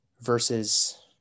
versus